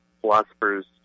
philosophers